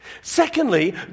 Secondly